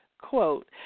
Quote